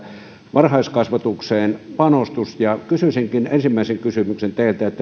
varhaiskasvatukseen panostus kysyisinkin teiltä ensimmäisenä kysymyksenä